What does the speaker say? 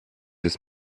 des